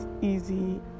easy